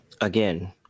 again